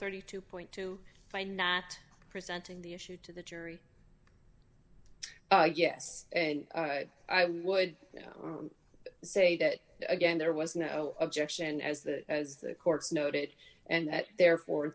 thirty two point to find that presenting the issue to the jury oh yes and i would now say that again there was no objection as the as the court's noted and that therefore